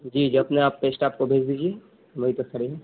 جی جی اپنے آپ کے اسٹاف کو دیجیے وہیں پہ کھڑے ہیں